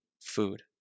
food